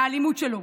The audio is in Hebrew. לאלימות שלו.